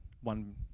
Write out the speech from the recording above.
one